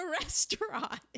restaurant